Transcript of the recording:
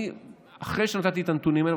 אחרי שנתתי את הנתונים האלה,